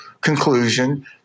conclusion